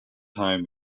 home